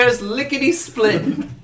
lickety-split